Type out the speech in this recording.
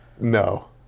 No